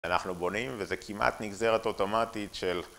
אנחנו בונים וזה כמעט נגזרת אוטומטית של